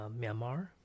Myanmar